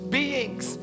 beings